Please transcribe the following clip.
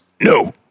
No